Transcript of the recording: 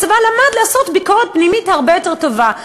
הצבא למד לעשות ביקורת פנימית הרבה יותר טובה.